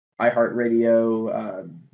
iHeartRadio